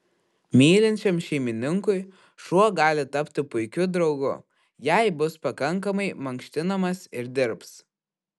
mylinčiam šeimininkui šuo gali tapti puikiu draugu jei bus pakankamai mankštinamas ir dirbs